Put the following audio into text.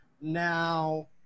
Now